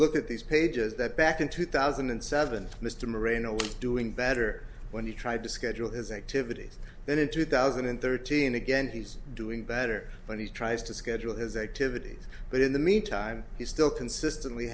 look at these pages that back in two thousand and seven mr marino doing better when he tried to schedule his activities then in two thousand and thirteen again he's doing better when he tries to schedule his activities but in the meantime he's still consistently